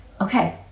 Okay